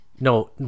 No